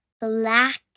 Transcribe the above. black